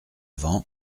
vent